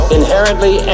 inherently